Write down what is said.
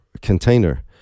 container